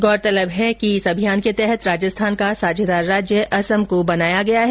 गौरतलब है कि इस अभियान के तहत राजस्थान का साझेदार राज्य असम को बनाया गया है